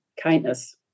kindness